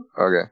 Okay